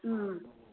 ꯎꯝ